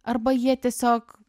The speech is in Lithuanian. arba jie tiesiog